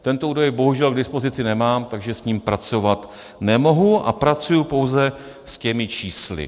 Tento údaj bohužel k dispozici nemám, takže s ním pracovat nemohu a pracuji pouze s těmi čísly.